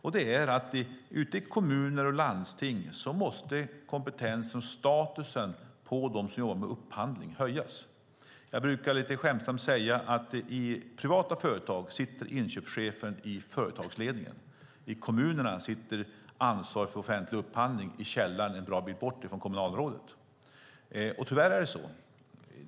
Ute i kommuner och landsting måste statusen på dem som jobbar med upphandling höjas. Jag brukar lite skämtsamt säga att i privata företag sitter inköpschefen i företagsledningen, och i kommunerna sitter ansvariga för offentlig upphandling i källaren, en bra bit bort från kommunalrådet. Tyvärr är det så.